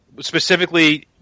specifically